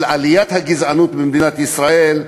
של עליית הגזענות במדינת ישראל,